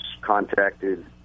contacted